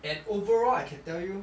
and overall I can tell you